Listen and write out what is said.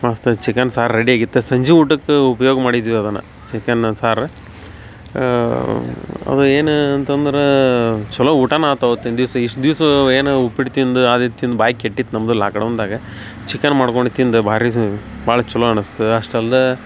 ಮಸ್ತ ಚಿಕನ್ ಸಾರು ರೆಡಿ ಆಗಿತ್ತು ಸಂಜೆ ಊಟಕ್ಕ ಉಪ್ಯೋಗ ಮಾಡಿದ್ವಿ ಅದನ್ನ ಚಿಕನ್ ಸಾರು ಅದು ಏನ ಅಂತಂದ್ರ ಛಲೊ ಊಟನ ಆತ ಅವತ್ತಿಂದ ದಿವಸ ಇಷ್ಟ ದಿವಸ ಏನು ಉಪ್ಪಿಟ್ಟು ತಿಂದ ಅದಿದ ತಿಂದು ಬಾಯಿ ಕೆಟ್ಟಿತ್ತು ನಮ್ದ ಲಾಕ್ಡೌನ್ದಾಗ ಚಿಕನ್ ಮಾಡ್ಕೊಂಡು ತಿಂದ ಭಾರಿಸ್ ಭಾಳ ಛಲೊ ಅನಸ್ತು ಅಷ್ಟ ಅಲ್ದಾ